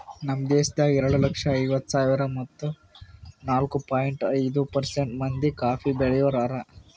ನಮ್ ದೇಶದಾಗ್ ಎರಡು ಲಕ್ಷ ಐವತ್ತು ಸಾವಿರ ಮತ್ತ ನಾಲ್ಕು ಪಾಯಿಂಟ್ ಐದು ಪರ್ಸೆಂಟ್ ಮಂದಿ ಕಾಫಿ ಬೆಳಿಯೋರು ಹಾರ